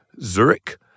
Zurich